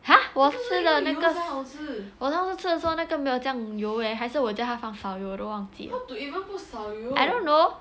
!huh! 我吃的那个我上次吃的时候没有这样油 eh 还是我觉得他放少油